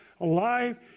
alive